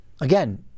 again